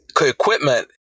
equipment